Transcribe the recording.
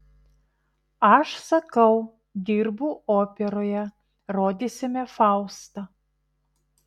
aš sakau dirbu operoje rodysime faustą